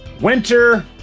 winter